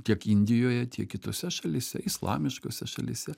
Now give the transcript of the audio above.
tiek indijoje tiek kitose šalyse islamiškose šalyse